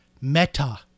Meta